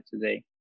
today